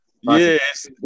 Yes